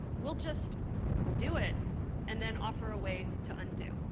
we'll just do it and then offer a way to undo.